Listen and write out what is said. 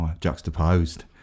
juxtaposed